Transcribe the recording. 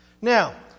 Now